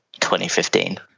2015